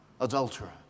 Adulterer